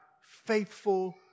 faithful